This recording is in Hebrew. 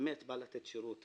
באמת בא לתת שירות.